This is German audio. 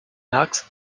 märz